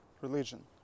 religion